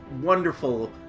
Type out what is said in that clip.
wonderful